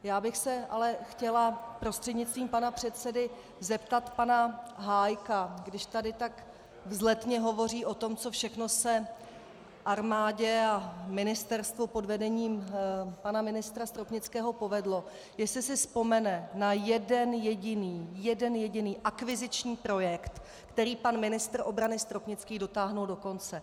Já bych se ale chtěla prostřednictvím pana předsedy zeptat pana Hájka, když tady tak vzletně hovoří o tom, co všechno se armádě a ministerstvu pod vedením pana ministra Stropnického povedlo, jestli si vzpomene na jeden jediný, jeden jediný akviziční projekt, který pan ministr obrany Stropnický dotáhl do konce.